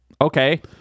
Okay